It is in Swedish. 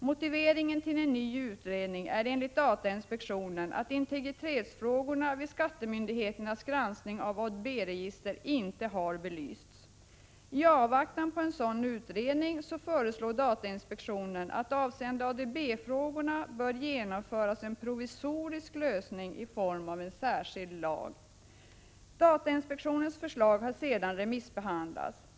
Motiveringen till en ny utredning är enligt datainspektionen att integritetsfrågorna vid skattemyndigheternas granskning av ADB-register inte har belysts. I avvaktan på en sådan utredning föreslår datainspektionen att en provisorisk lösning i form av en särskild lag avseende ADB-frågorna bör genomföras. Datainspektionens förslag har sedan remissbehandlats.